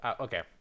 Okay